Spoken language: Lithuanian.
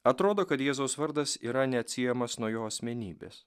atrodo kad jėzaus vardas yra neatsiejamas nuo jo asmenybės